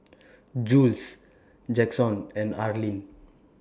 Jules Jaxon and Arlin